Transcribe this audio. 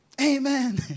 Amen